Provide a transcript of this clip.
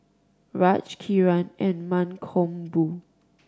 Raj Kiran and Mankombu